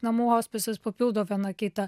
namų hospisas papildo viena kitą